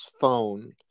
phone